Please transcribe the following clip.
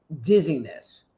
dizziness